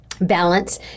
balance